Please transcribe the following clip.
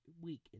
week